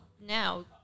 now